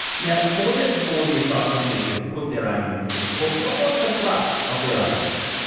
now, lawyers for the asylum seekers put their arguments to the court, what was the thrust of their arguments?